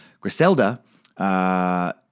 Griselda